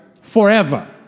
forever